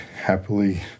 happily